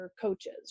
coaches